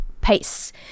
pace